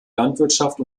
landwirtschaft